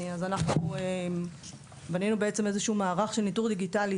אז אנחנו בנינו בעצם איזשהו מערך של ניטור דיגיטלי,